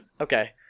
Okay